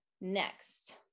next